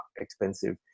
expensive